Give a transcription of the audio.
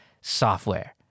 software